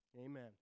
Amen